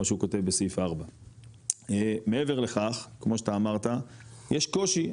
שהוא כותב בסעיף 4. מעבר לכך כמו שאתה אמרת יש קושי,